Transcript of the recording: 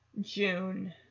June